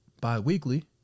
bi-weekly